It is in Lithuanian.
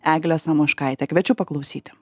eglė samoškaitė kviečiu paklausyti